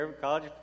college